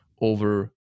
over